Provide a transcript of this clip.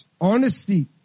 honesty